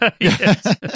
Yes